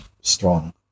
strong